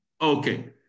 Okay